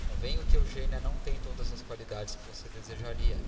convenho que eugênia não tem todas as qualidades que você desejaria